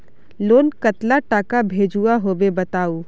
Loan कतला टाका भेजुआ होबे बताउ?